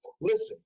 listen